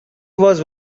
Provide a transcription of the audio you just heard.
was